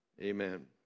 Amen